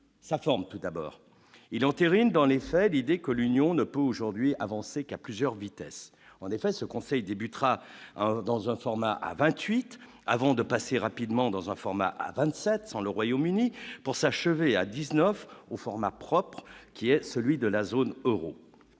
sa forme tout d'abord, il entérine, dans les faits, l'idée que l'Union ne peut, aujourd'hui avancer qu'à plusieurs vitesses, en effet, ce conseil débutera dans un format à 28 avant de passer rapidement dans un format à 27 sans le Royaume-Uni pour s'achever à 19 au format propres qui est celui de la zone Euro,